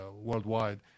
worldwide